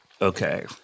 okay